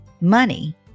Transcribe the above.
Money